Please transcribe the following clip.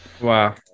Wow